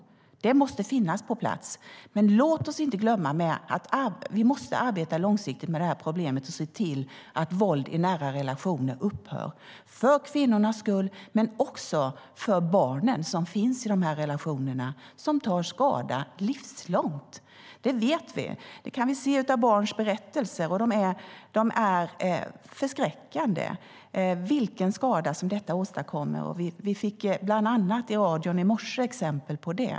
Det måste finnas på plats. Men låt oss inte glömma att vi måste arbeta långsiktigt med problemet och se till att våld i nära relationer upphör för kvinnornas skull men också för barnen som finns i relationerna. De tar livslång skada. Det vet vi. Det kan vi se av barns berättelser. Det är förskräckande vilken skada det åstadkommer. Vi fick bland annat i radion i morse exempel på det.